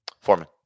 Foreman